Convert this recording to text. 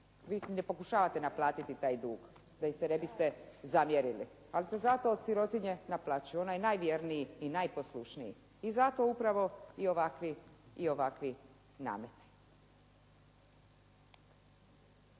Vi ne pokušavate naplatiti taj dug. Da im se ne biste zamjerili. Ali se zato od sirotinje naplaćuje onaj najvjerniji i najposlušniji. I zato upravo i ovakvi nameti.